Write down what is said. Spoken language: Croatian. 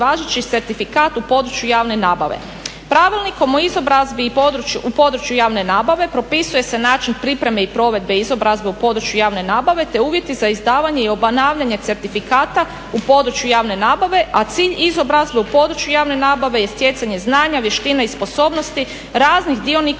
Pravilnikom o izobrazbi u području javne nabave propisuje se način pripreme i provedbe izobrazbe u području javne nabave te uvjeti za izdavanje i obnavljanje certifikata u području javne nabave, a cilj izobrazbe u području javne nabave je stjecanje znanja, vještina i sposobnosti raznih dionika